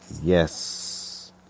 Yes